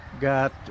got